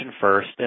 first